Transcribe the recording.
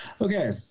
Okay